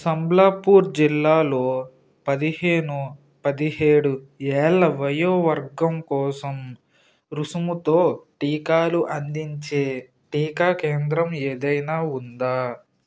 సంబ్లపూర్ జిల్లాలో పదిహేను పదిహేడు ఏళ్ళ వయోవర్గం కోసం రుసుముతో టీకాలు అందించే టీకా కేంద్రం ఏదైనా ఉందా